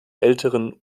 älteren